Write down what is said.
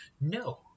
No